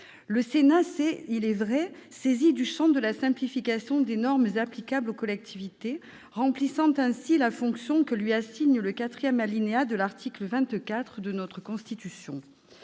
Le Sénat s'est saisi du champ de la simplification des normes applicables aux collectivités, remplissant ainsi la fonction que lui assigne le quatrième alinéa de l'article 24 de notre Constitution.